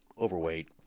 overweight